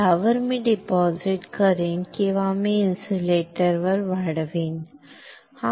यावर मी डिपॉझिट करीन किंवा मी इन्सुलेटर वाढवीन ठीक आहे